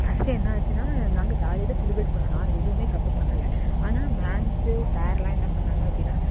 first என்னாச்சுன்னா நாங்கள் ஜாலியாக தான் செலிப்ரேட் பண்ணோம் நாங்கள் எதுவுமே தப்பு பண்ணலை ஆனால் மேம்ஸு சாரெல்லாம் என்ன பண்ணாங்க அப்படின்னா